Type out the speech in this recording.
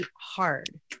hard